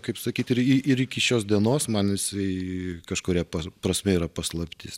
kaip sakyt ir ir iki šios dienos man jisai kažkuria prasme yra paslaptis